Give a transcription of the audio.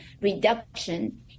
reduction